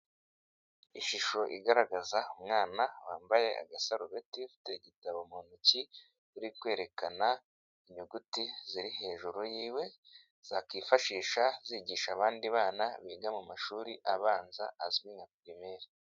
Ishusho igaragaza umwana wambaye agasarubeti, ufite igitabo mu ntoki, uri kwerekana inyuguti ziri hejuru yiwe zakifashisha zigisha abandi bana biga mu mashuri abanza azwi nka pirimeri.